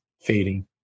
fading